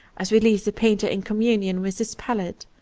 as we leave the painter in communion with his palette.